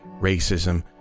racism